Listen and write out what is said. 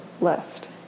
left